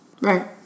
Right